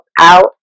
out